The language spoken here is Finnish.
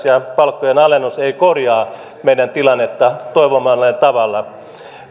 ja palkkojen alennus ei korjaa meidän tilannetta toivomallanne tavalla